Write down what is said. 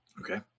Okay